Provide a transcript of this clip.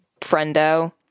friendo